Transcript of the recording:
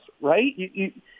right